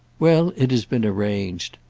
well, it has been arranged.